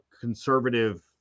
conservative